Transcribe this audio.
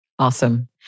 Awesome